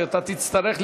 שתצטרך להתקדם,